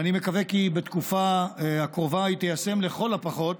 ואני מקווה כי בתקופה הקרובה היא תיישם לכל הפחות